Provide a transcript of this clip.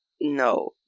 No